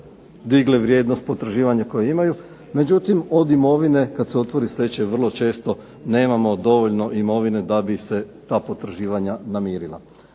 digle vrijednost potraživanja koje imaju. Međutim, od imovine kad se otvori stečaj vrlo često nemamo dovoljno imovine da bi se ta potraživanja namirila.